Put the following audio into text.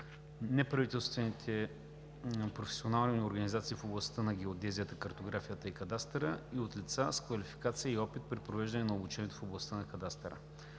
неправителствените професионални организации в областта на геодезията, картографията и кадастъра и от лица с квалификация и опит при провеждане на обучения в областта на кадастъра.